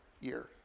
year